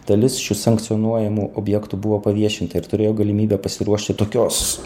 dalis šių sankcionuojamų objektų buvo paviešinta ir turėjo galimybę pasiruošti tokios